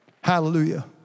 Hallelujah